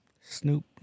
Snoop